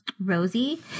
Rosie